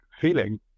feeling